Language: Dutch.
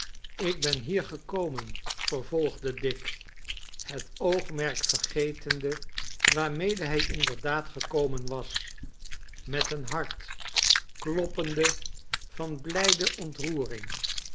ik ben hier gekomen vervolgde dick het oogmerk vergetende waarmede hij inderdaad gekomen was met een hart kloppende van blijde ontroering